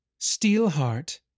Steelheart